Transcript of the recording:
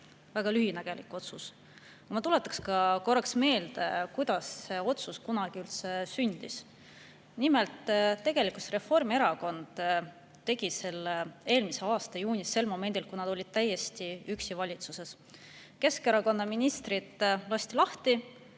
väga lühinägelik otsus. Ma tuletan korraks meelde, kuidas see otsus kunagi üldse sündis. Nimelt, tegelikult Reformierakond tegi selle eelmise aasta juunis sel momendil, kui ta oli valitsuses täiesti üksi. Keskerakonna ministrid olid lahti